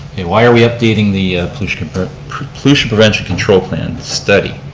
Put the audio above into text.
why are we updating the pollution pollution prevention control plan study?